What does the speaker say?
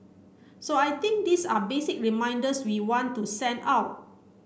so I think these are basic reminders we want to send out